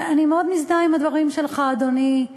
אני מאוד מזדהה עם הדברים שלך, אדוני.